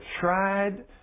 tried